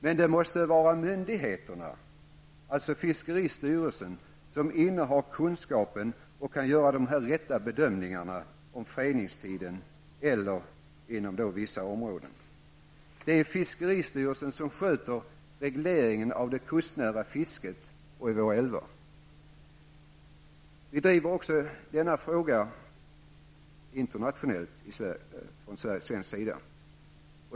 Men det måste vara myndigheten, dvs. fiskeristyrelsen, som innehar kunskapen och kan göra de rätta bedömningarna om fredningstiden eller om fredning inom vissa områden. Det är fiskeristyrelsen som sköter regleringen av det kustnära fisket och av fisket i våra älvar. Vi driver också denna fråga internationellt från svensk sida.